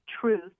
truth